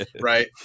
Right